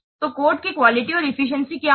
तो कोड की क्वालिटी और एफिशिएंसी क्या होगी